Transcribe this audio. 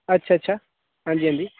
अच्छा अच्छा हां जी हां जी